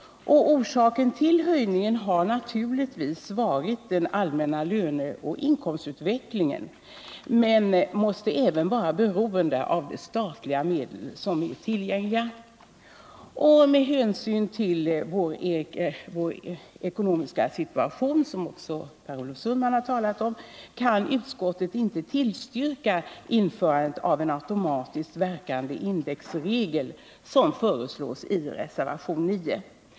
Orsaken till höjningen har naturligtvis varit den allmänna löneoch inkomstutvecklingen men måste även vara beroende av de statliga medel som är tillgängliga. Med hänsyn till vår ekonomiska situation, som också Per Olof Sundman har talat om, kan utskottet inte tillstyrka införandet av en automatiskt verkande indexregel, som föreslås i reservationen 4 vid punkten 9.